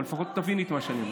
אבל לפחות תביני את מה שאני אומר.